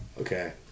Okay